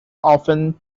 often